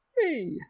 hey